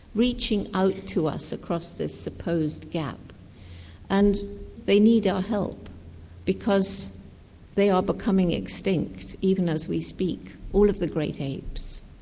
reaching out to us across this supposed gap and they need our help because they are becoming extinct, even as we speak, all of the great apes.